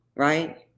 right